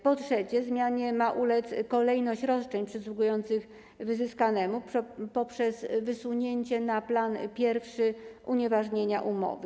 Po trzecie, zmianie ma ulec kolejność roszczeń przysługujących wyzyskanemu poprzez wysunięcie na plan pierwszy unieważnienia umowy.